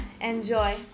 enjoy